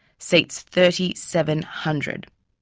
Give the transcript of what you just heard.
seats thirty seven hundred.